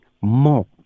more